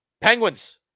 penguins